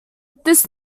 this